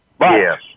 Yes